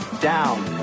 down